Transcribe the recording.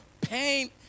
Pain